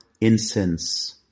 incense